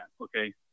Okay